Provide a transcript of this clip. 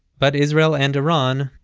but israel and iran,